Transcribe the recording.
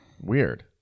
weird